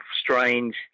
strange